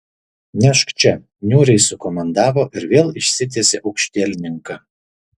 nešk čia niūriai sukomandavo ir vėl išsitiesė aukštielninka